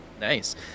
nice